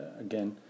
again